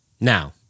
Now